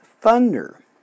thunder